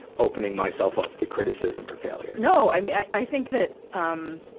opening myself up to criticism or failure. no, i mean, i, i think that, um,